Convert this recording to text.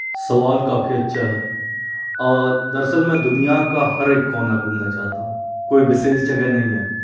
सवाल काफ़ी अच्छा है और दरअसल में दुनिया का हर एक कोना घूमना चाहता हूँ कोई विशेष जगह नहीं है